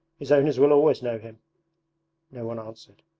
his owners will always know him no one answered,